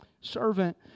servant